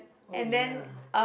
oh ya